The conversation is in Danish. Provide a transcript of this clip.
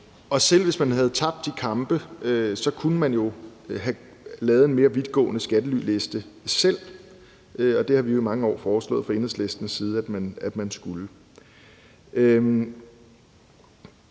Selv hvis man havde tabt de kampe, kunne man have lavet en mere vidtgående skattelyliste selv, og det har vi jo fra Enhedslistens side i mange